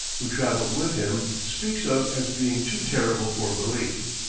who traveled with him, speaks of as being too terrible for belief.